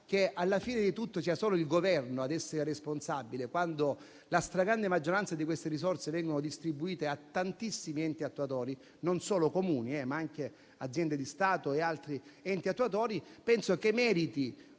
che alla fine di tutto sia solo il Governo ad essere responsabile, quando la stragrande maggioranza di queste risorse vengono distribuite a tantissimi enti attuatori, non solo Comuni, ma anche aziende di Stato e altri enti attuatori, a mio avviso merita